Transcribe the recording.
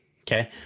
okay